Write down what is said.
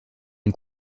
une